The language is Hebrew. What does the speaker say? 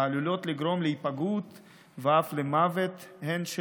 העלולות לגרום להיפגעות ואף למוות הן של